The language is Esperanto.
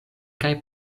kaj